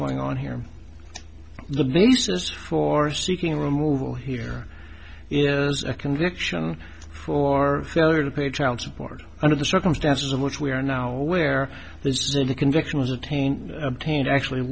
going on here the basis for seeking removal here is a conviction for failure to pay child support under the circumstances of which we are now aware of the conviction was obtained obtained actually